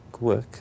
work